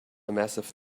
massive